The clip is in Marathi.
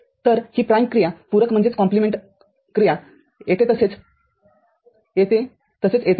तर ही प्राइम क्रिया पूरकक्रिया येथे तसेच येथे तसेच येथे येते